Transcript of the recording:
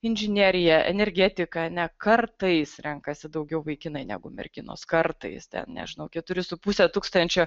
inžineriją energetiką ne kartais renkasi daugiau vaikinai negu merginos kartais ten nežinau keturi su puse tūkstančio